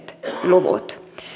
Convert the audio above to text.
luvut